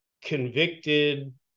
convicted